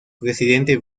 presidente